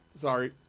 Sorry